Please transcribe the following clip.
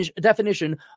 definition